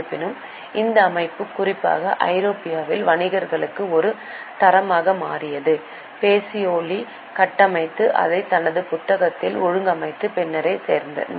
இருப்பினும் இந்த அமைப்பு குறிப்பாக ஐரோப்பாவில் வணிகர்களுக்கு ஒரு தரமாக மாறியது பேசியோலி கட்டமைத்து அதை தனது புத்தகத்தில் ஒழுங்கமைத்த பின்னரே நேர்ந்தது